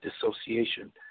dissociation